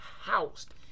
housed